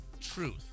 truth